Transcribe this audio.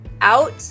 out